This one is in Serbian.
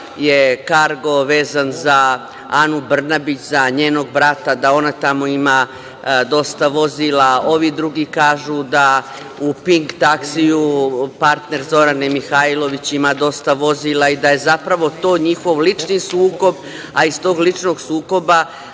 je "Kargo" vezan za Anu Brnabić, za njenog brata, da ona tamo ima dosta vozila. Ovi drugi kažu da u "Pink" taksiju partner Zorane Mihajlović ima dosta vozila i da je zapravo to njihov lični sukob, a iz tog ličnog sukoba